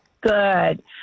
Good